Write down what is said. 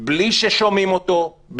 בלי ששומעים אותו,